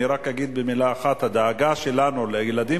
אני רק אגיד במלה אחת: הדאגה שלנו לילדים